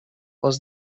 was